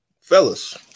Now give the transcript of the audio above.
Fellas